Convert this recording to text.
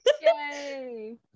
yay